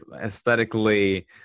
aesthetically